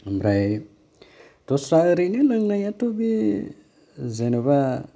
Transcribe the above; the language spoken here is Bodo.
ओमफ्राय दस्रा ओरैनो लोंनायाथ बे जेन'बा